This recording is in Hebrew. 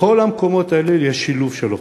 בכל המקומות האלה יש שילוב של אוכלוסיות.